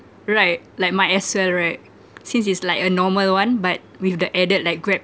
right like might as well right since it's like a normal one but with the added like grab